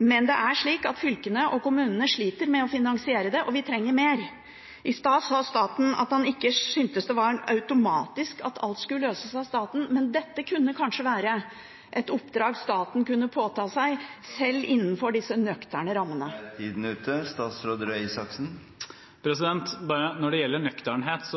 men fylkene og kommunene sliter med å finansiere det, og vi trenger mer. I stad sa statsråden at han ikke syntes at alt automatisk skulle løses av staten, men dette kunne kanskje være et oppdrag staten kunne påta seg, sjøl innenfor disse nøkterne rammene. Når det gjelder nøkternhet: